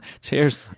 cheers